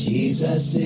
Jesus